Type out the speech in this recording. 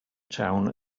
town